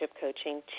coaching